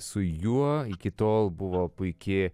su juo iki tol buvo puiki